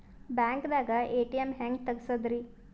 ಬ್ಯಾಂಕ್ದಾಗ ಎ.ಟಿ.ಎಂ ಹೆಂಗ್ ತಗಸದ್ರಿ?